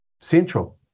central